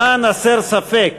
למען הסר ספק,